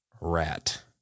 Rat